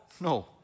No